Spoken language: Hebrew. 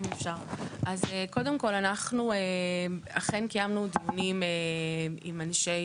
אז קודם כל, אנחנו אכן קיימנו דיונים עם אנשי